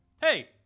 Hey